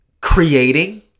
creating